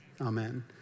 Amen